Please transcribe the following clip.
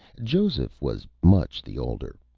joseph was much the older.